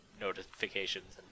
notifications